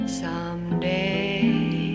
someday